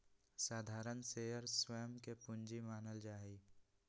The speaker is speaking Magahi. साधारण शेयर स्वयं के पूंजी मानल जा हई